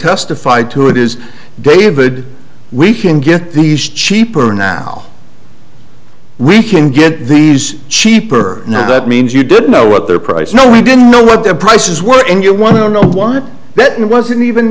testified to it is david we can get these cheaper now we can get these cheaper now that means you didn't know what their price know we didn't know what the prices were and you want to know why but it wasn't even